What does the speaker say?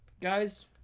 Guys